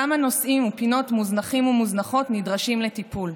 כמה נושאים ופינות מוזנחים ומוזנחות נדרשים לטיפול.